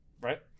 right